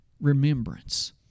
Remembrance